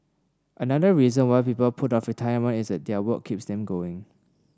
another reason why people put off retirement is that their work keeps them going